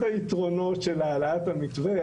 היתרונות של העלאת המתווה,